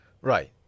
Right